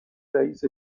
رئیس